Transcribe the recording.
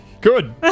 Good